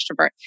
extrovert